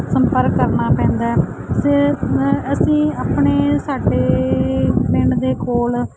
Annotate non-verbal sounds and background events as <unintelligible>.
ਸੰਪਰਕ ਕਰਨਾ ਪੈਂਦਾ ਹੈ <unintelligible> ਅਸੀਂ ਆਪਣੇ ਸਾਡੇ ਪਿੰਡ ਦੇ ਕੋਲ